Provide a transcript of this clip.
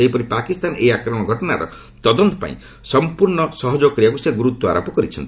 ସେହିପରି ପାକିସ୍ତାନ ଏହି ଆକ୍ରମଣ ଘଟଣାର ତଦନ୍ତ ପାଇଁ ସଂପ୍ରର୍ଣ୍ଣ ସହଯୋଗ କରିବାକୁ ସେ ଗୁରୁତ୍ୱ ଆରୋପ କରିଛନ୍ତି